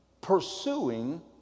pursuing